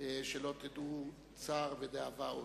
שלא תדעו צער ודאבה עוד.